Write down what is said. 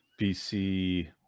BC